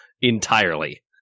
entirely